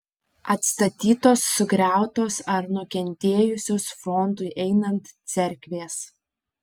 atstatytos sugriautos ar nukentėjusios frontui einant cerkvės